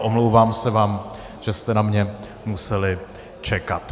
Omlouvám se vám, že jste na mě museli čekat.